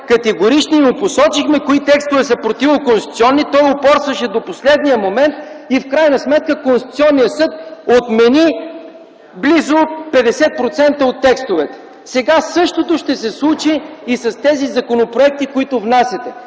категорични и му посочихме кои текстове са противоконституционни. Той упорстваше до последния момент и в крайна сметка Конституционният съд отмени близо 50% от текстовете. Сега същото ще се случи и с тези законопроекти, които внасяте.